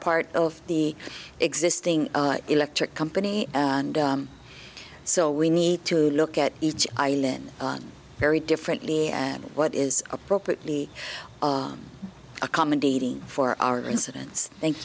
part of the existing electric company and so we need to look at each island very differently and what is appropriately accommodating for our incidence thank